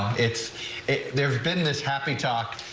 it's there's been this happy talk.